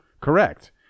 correct